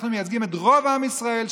אנחנו מייצגים את רוב עם ישראל,